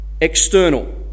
external